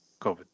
COVID